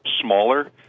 smaller